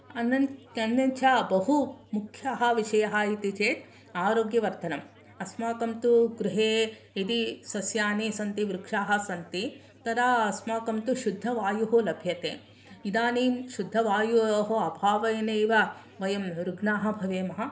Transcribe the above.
अनन्त अन्यच्च बहु मुख्यः विषयः इति चेत् आरोग्यवर्धनम् अस्माकं तु गृहे यदि सस्यानि सन्ति वृक्षाः सन्ति तदा अस्माकं तु शुद्धवायुः लभ्यते इदानीं शुद्धवायोः अभावेनैव वयं रुग्णाः भवेम